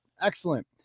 excellent